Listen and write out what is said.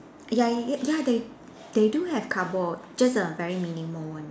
ya y~ ya they they do have carbo just a very minimal one